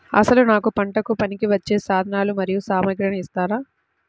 అసలు నాకు పంటకు పనికివచ్చే సాధనాలు మరియు సామగ్రిని ఇస్తారా?